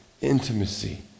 intimacy